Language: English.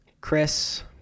Chris